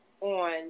on